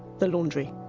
the laundry.